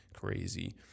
Crazy